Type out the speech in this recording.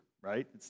right